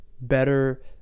better